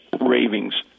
Ravings